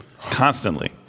constantly